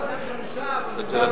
נתנו לנו חמישה, אבל ויתרנו על אחד.